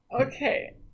Okay